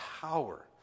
power